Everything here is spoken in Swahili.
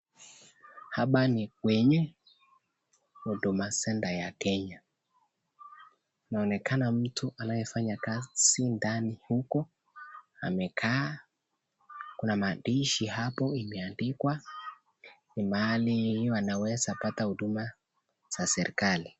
Hapa ni kwenye Huduma Centre ya Kenya inaonekana mtu anayefanya kazi ndani huko amekaa kuna maandishi hapo imeandikwa mahali wanaweza pata huduma za serikali.